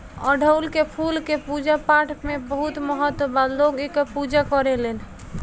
अढ़ऊल के फूल के पूजा पाठपाठ में बहुत महत्व बा लोग एकर पूजा करेलेन